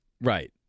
right